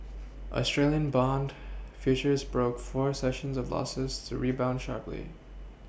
Australian bond futures broke four sessions of Losses to rebound sharply